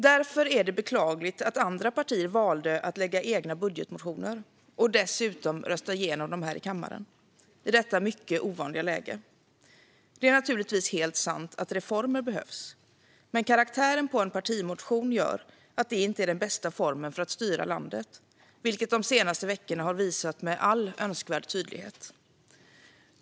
Därför är det beklagligt att andra partier valde att lägga fram egna budgetmotioner - och dessutom rösta igenom dem i kammaren - i detta mycket ovanliga läge. Det är naturligtvis helt sant att reformer behövs. Men karaktären på en partimotion gör att det inte är den bästa formen för att styra landet, vilket de senaste veckorna har visat med all önskvärd tydlighet.